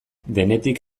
denetik